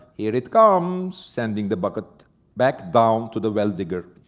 here it comes, sending the bucket back down to the well-digger.